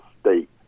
state